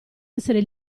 essere